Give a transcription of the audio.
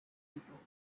people